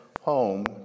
home